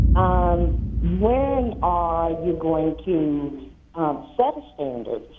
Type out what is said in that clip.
um when are you going to set a standard,